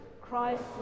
christ